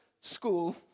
school